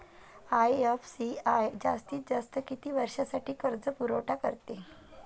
IFCI जास्तीत जास्त किती वर्षासाठी कर्जपुरवठा करते?